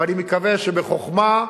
ואני מקווה שבחוכמה,